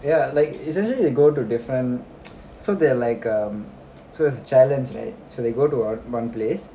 ya like it's actually they go to different so they're like um so it's challenge right so they go to o~ one place